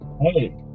Hey